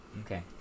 Okay